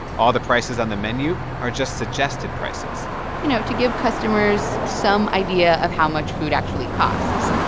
all the prices on the menu are just suggested prices you know, to give customers some idea of how much food actually costs.